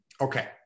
Okay